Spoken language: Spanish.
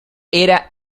era